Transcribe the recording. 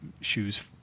shoes